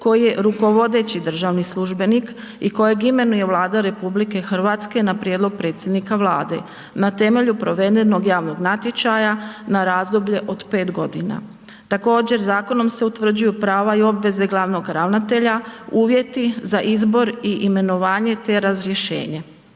koji je rukovodeći državni službenik i kojeg imenuje Vlada RH na prijedlog predsjednika Vlade na temelju provedenog javnog natječaja na razdoblje od pet godina. Također zakonom se utvrđuju prava i obveze glavnog ravnatelja, uvjeti za izbor i imenovanje te razrješenje.